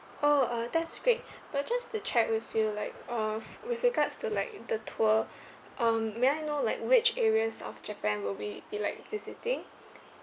oh uh that's great but just to check with you like of with regards to like the tour um may I know like which areas of japan will we be like visiting